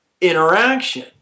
interaction